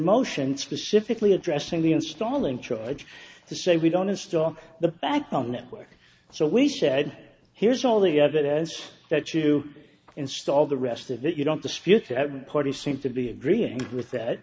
motion specifically addressing the installing trudge to say we don't install the backbone network so we said here's all the evidence that you installed the rest of it you don't dispute the party seem to be agreeing with that